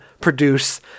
produce